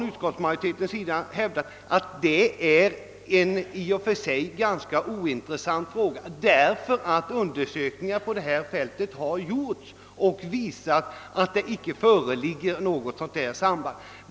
Utskottsmajoriteten har hävdat att det är en i och för sig ganska ointressant fråga, därför att undersökningar på detta fält har visat att det inte föreligger något sådant samband.